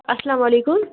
اسلام علیکُم